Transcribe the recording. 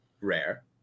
Rare